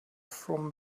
from